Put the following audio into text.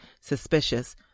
suspicious